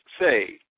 say